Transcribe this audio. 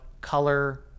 color